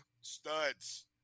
studs